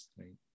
right